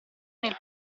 nel